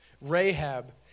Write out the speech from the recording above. Rahab